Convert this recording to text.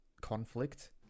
conflict